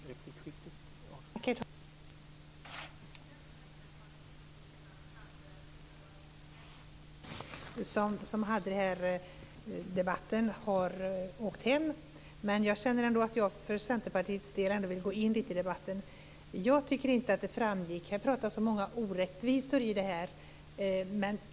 Herr talman! Det är inte fråga om att replikera på Berit Andnor. Kenneth Johansson, som hade den här debatten, har åkt hem men jag känner att jag för Centerpartiets del vill gå in i debatten. Det har pratats om många orättvisor här.